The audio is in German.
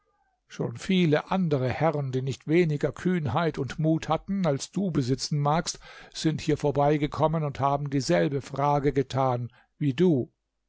schon viele andere herren die nicht weniger kühnheit und mut hatten als du besitzen magst sind hier vorbeigekommen und haben dieselbe frage getan wie du